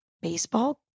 Baseball